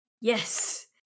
Yes